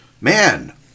man